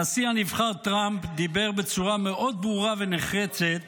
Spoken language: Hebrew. הנשיא הנבחר טראמפ דיבר בצורה מאוד ברורה ונחרצת